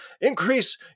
increase